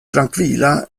trankvila